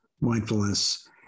mindfulness